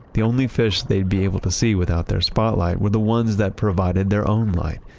the only fish they'd be able to see without their spotlight were the ones that provided their own light,